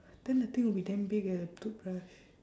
then the thing would be damn big eh the toothbrush